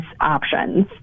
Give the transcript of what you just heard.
options